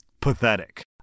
Pathetic